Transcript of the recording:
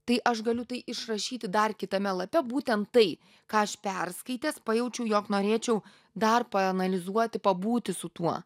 tai aš galiu tai išrašyti dar kitame lape būtent tai ką aš perskaitęs pajaučiau jog norėčiau dar paanalizuoti pabūti su tuo